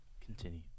continue